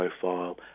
profile